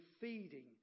feeding